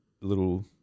little